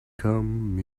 come